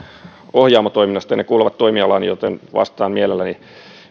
ohjaamo toiminnasta ne kuuluvat toimialaani joten vastaan mielelläni